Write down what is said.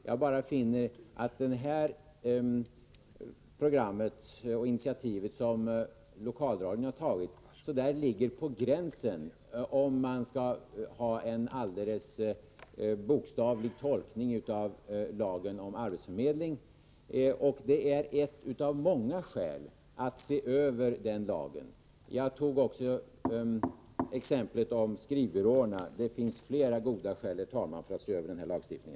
Jag finner bara att det här programmet och det initiativ som lokalradion har tagit ligger på gränsen, om man skall tolka lagen om arbetsförmedling bokstavligt. Detta är ett av många skäl att se över denna lag. Jag tog också upp exemplet med skrivbyråerna. Det finns flera goda skäl, herr talman, till att se över denna lagstiftning.